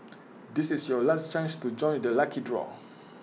this is your last chance to join the lucky draw